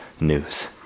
news